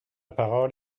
parole